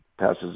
passes